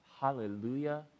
hallelujah